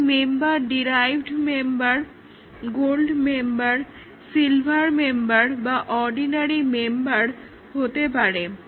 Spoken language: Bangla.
এই member derived member gold member silver member বা অর্ডিনারি মেম্বার হতে পারে